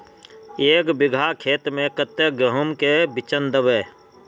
एक बिगहा खेत में कते गेहूम के बिचन दबे?